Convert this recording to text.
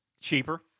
Cheaper